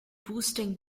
boosting